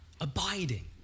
abiding